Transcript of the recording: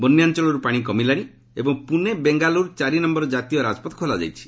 ବନ୍ୟାଞ୍ଚଳରୁ ପାଣି କମିଲାଣି ଏବଂ ପୁନେ ବେଙ୍ଗାଲୁରୁ ଚାରି ନମ୍ଭର ଜାତୀୟ ରାଜପଥ ଖୋଲାଯାଇଛି